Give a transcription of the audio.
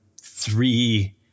three